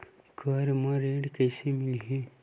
Car म ऋण कइसे मिलही?